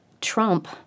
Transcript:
trump